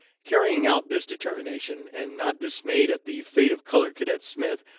carrying out this determination, and not dismayed at the fate of colored cadet smith,